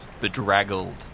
bedraggled